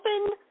open